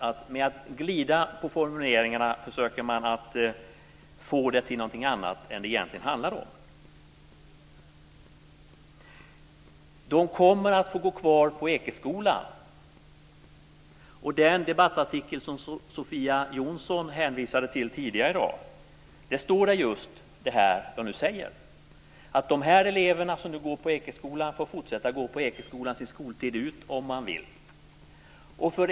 Genom att glida på formuleringarna försöker man att få det till någonting annat än vad det egentligen handlar om. Eleverna kommer att få gå kvar på Ekeskolan. I den debattartikel som Sofia Jonsson hänvisade till tidigare i dag står det just det som jag nu säger. De elever som nu går på Ekeskolan får fortsätta att gå på Ekeskolan sin skoltid ut om de vill.